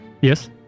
Yes